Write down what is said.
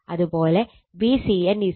അതുപോലെ VCN VAN angle 120o